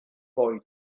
boy